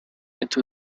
into